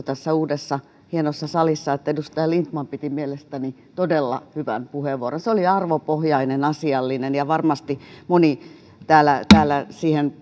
tässä uudessa hienossa salissa että edustaja lindtman piti mielestäni todella hyvän puheenvuoron se oli arvopohjainen asiallinen ja varmasti moni täällä täällä